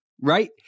right